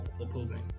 opposing